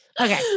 Okay